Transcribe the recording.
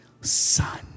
son